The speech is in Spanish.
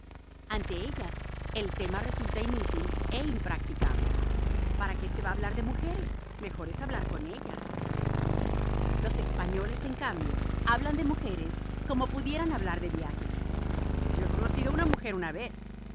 ante ellas el tema resulta inútil e impracticable para qué se va a hablar de mujeres mejor es hablar con ellas los españoles en cambio hablan de mujeres como pudieran hablar de viajes yo he conocido una mujer una vez